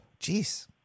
Jeez